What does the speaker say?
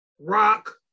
Rock